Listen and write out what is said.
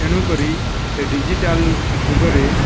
ତେଣୁକରି ଏ ଡିଜିଟାଲ ଯୁଗରେ